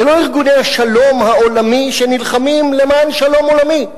זה לא ארגוני השלום העולמי שנלחמים למען שלום עולמי,